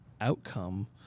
outcome